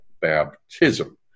baptism